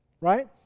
right